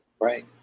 right